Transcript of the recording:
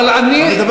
אבל אני,